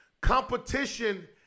competition